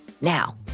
Now